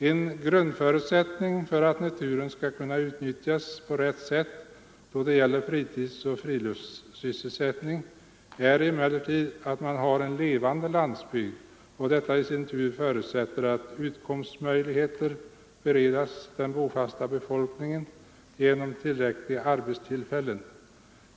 En grundförutsättning för att naturen skall kunna utnyttjas på rätt sätt då det gäller fritidsoch friluftssysselsättning är emellertid att man har en levande landsbygd och detta i sin tur förutsätter att utkomstmöjligheter beredes den bofasta befolkningen genom tillräckliga arbetstillfällen.